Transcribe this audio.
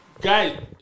Guys